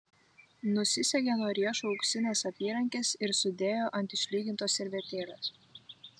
nusisegė nuo riešų auksines apyrankes ir sudėjo ant išlygintos servetėlės